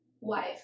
wife